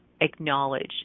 acknowledge